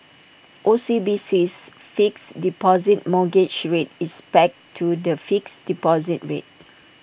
OCBC's fixed deposit mortgage rate is pegged to the fixed deposit rate